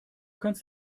kannst